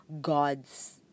gods